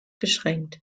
beschränkt